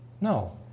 No